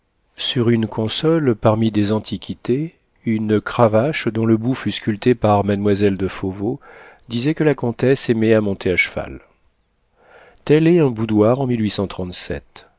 sur une console parmi des antiquités une cravache dont le bout fut sculpté par mademoiselle de fauveau disait que la comtesse aimait à monter à cheval tel est un boudoir en